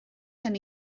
hyn